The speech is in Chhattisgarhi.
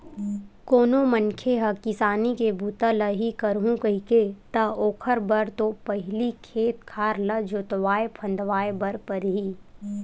कोनो मनखे ह किसानी के बूता ल ही करहूं कइही ता ओखर बर तो पहिली खेत खार ल जोतवाय फंदवाय बर परही